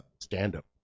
stand-up